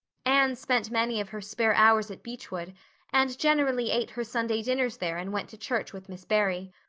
anne spent many of her spare hours at beechwood and generally ate her sunday dinners there and went to church with miss barry.